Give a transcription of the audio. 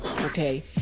okay